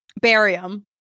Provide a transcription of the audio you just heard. barium